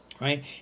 right